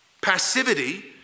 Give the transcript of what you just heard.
Passivity